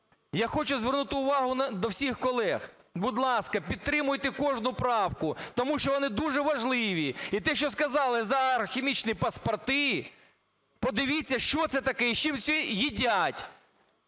Я хочу звернути увагу всіх колег. Будь ласка, підтримуйте кожну правку, тому що вони дуже важливі. І те, що сказали за агрохімічні паспорти, подивіться, що це таке і з чим